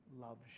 loves